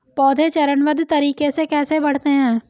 पौधे चरणबद्ध तरीके से कैसे बढ़ते हैं?